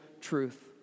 truth